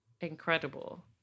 Incredible